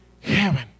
heaven